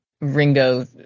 Ringo